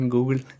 Google